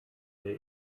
der